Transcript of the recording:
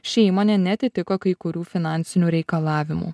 ši įmonė neatitiko kai kurių finansinių reikalavimų